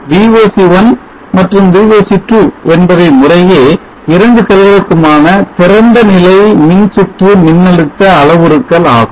VOC1 மற்றும் VOC2 என்பவை முறையே இரண்டு செல்களுக்குமான திறந்தநிலை மின்சுற்று மின்னழுத்த அளவுருக்கள் ஆகும்